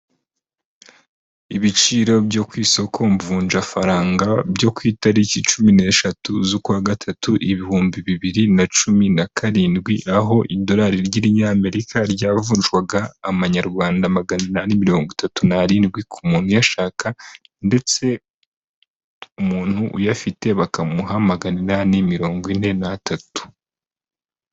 Ibiciro byo ku isoko mvunjafaranga byo ku italiki cumi n'eshatu z'ukwa gatatu ibihumbi bibiri na cumi na karindwi, aho idorari ry'irinyamerika ryavunjwaga amanyarwanda magana inani mirongo itatu n'arindwi ku muntu uyashaka, ndetse umuntu uyafite bakamuha magana inani mirongo ine n'atatu.